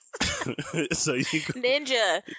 ninja